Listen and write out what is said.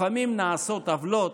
לפעמים נעשות עוולות,